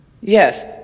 Yes